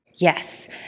Yes